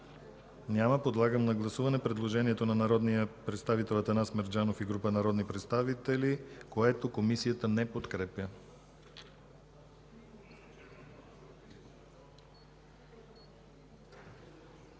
Няма. Преминаваме към гласуване на предложението на народния представител Атанас Мерджанов и група народни представители, което Комисията не подкрепя.